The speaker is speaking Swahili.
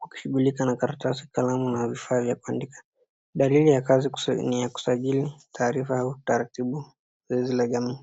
wakishughulika na karatasi, kalamu na vifaa vya kuandika. Dalili ya kazi ni ya kusajili taarifa au taratibu zile za jamii.